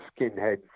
skinheads